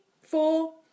four